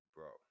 Bro